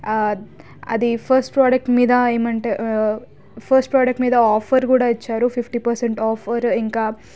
అది first product మీద ఏమంటారు ఫస్ట్ ప్రోడక్ట్ మీద ఆఫర్ కూడా ఇచ్చారు ఫిఫ్టీ పర్సెంట్ ఆఫర్ ఇంకా